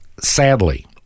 sadly